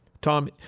Tom